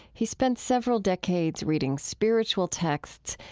he spent several decades reading spiritual texts.